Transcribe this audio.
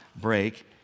break